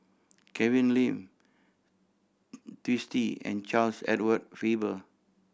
Kevin Lim Twisstii and Charles Edward Faber